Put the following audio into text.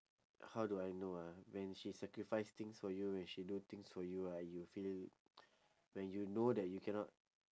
how do I know ah when she sacrifice things for you when she do things for you ah you feel when you know that you cannot